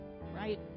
right